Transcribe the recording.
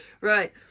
Right